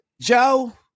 Joe